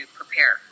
prepare